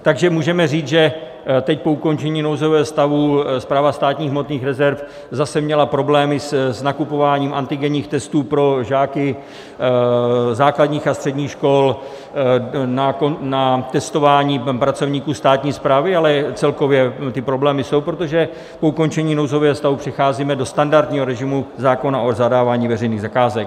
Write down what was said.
Takže můžeme říct, že teď, po ukončení nouzového stavu, Správa státních hmotných rezerv zase měla problémy s nakupováním antigenních testů pro žáky základních a středních škol, na testování pracovníků státní správy, ale celkově ty problémy jsou, protože po ukončení nouzového stavu přecházíme do standardního režimu zákona o zadávání veřejných zakázek.